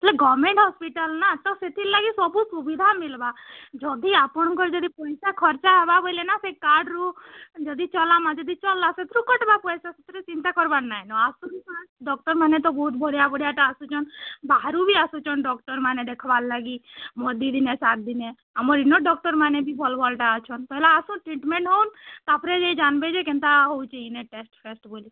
ବେଲେ government hospital ନା ତ ସେଥର୍ଲାଗି ସବୁ ସୁବିଧା ମିଲ୍ବା ଯଦି ଆପଣକଁର୍ ଯଦି ପଇସା ଖର୍ଚ୍ଚା ହେବା ବେଲେ ନା ସେ କାର୍ଡ଼ରୁ ଯଦି ଚଲାମା ଯଦି ଚାଲ୍ଲା ସେଥିରୁ କଟ୍ବା ପଇସା ସେଥିରେ ଚିନ୍ତା କରବାର୍ ନାଇଁନ ଆସୁନ୍ ଫାର୍ଷ୍ଟ୍ ଡ଼କ୍ଟର୍ ମାନେ ତ ବହୁତ୍ ବଢ଼ିଁଆ ବଢ଼ିଁଆଟା ଆସୁଛନ୍ ବାହାରୁ ବି ଆସୁଛନ୍ ଡ଼କ୍ଟର୍ ମାନେ ଦେଖ୍ବାର୍ ଲାଗି ଆମର୍ ଦୁଇ ଦିନେ ସାତ୍ ଦିନେ ଆମର୍ ଇନର୍ ଡ଼କ୍ଟର୍ ମାନେ ବି ଭଲ୍ ଭଲ୍ ଟା ଅଛନ୍ ପହେଲା ଆସୁନ୍ ଟ୍ରିଟ୍ମେଣ୍ଟ୍ ହେଉନ୍ ତା'ର୍ପରେ ଯାଇ ଜାନ୍ବେ ଯେ କେନ୍ତା ହେଉଛେ ଇନେ ଟେଷ୍ଟ୍ ଫେଷ୍ଟ୍ ବୋଲି